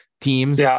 teams